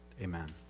Amen